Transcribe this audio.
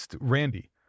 Randy